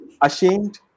ashamed